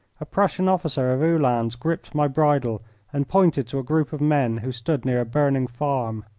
a prussian officer of uhlans gripped my bridle and pointed to a group of men who stood near a burning farm.